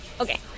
Okay